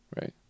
right